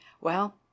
Well